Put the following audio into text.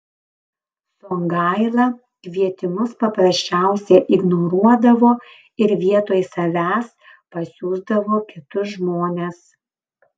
songaila kvietimus paprasčiausiai ignoruodavo ir vietoj savęs pasiųsdavo kitus žmones